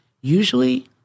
usually